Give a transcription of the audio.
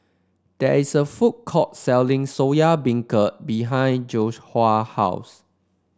there is a food court selling Soya Beancurd behind Joshuah house